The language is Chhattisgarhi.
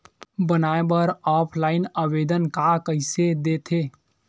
बनाये बर ऑफलाइन आवेदन का कइसे दे थे?